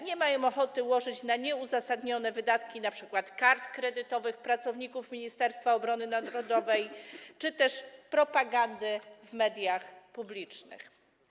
Nie mają ochoty łożyć na nieuzasadnione wydatki, np. karty kredytowe pracowników Ministerstwa Obrony Narodowej czy też propagandę w mediach publicznych.